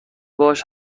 باهاش